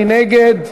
מי נגד?